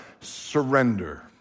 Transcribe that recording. Surrender